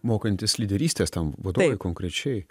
mokantis lyderystės ten vadovai konkrečiai